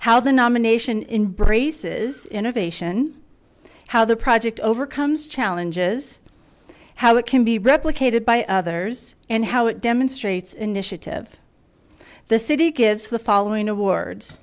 how the nomination in braces innovation how the project overcomes challenges how it can be replicated by others and how it demonstrates initiative the city gives the following